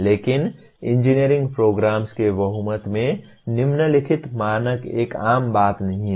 लेकिन engineering programmes के बहुमत में निम्नलिखित मानक एक आम बात नहीं है